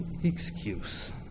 excuse